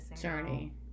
journey